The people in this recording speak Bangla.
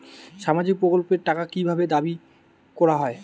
সামাজিক প্রকল্পের টাকা কি ভাবে দাবি করা হয়?